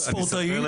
צחי,